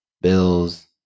Bills